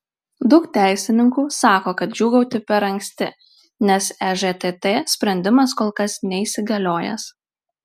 daug teisininkų sako kad džiūgauti per anksti nes ežtt sprendimas kol kas neįsigaliojęs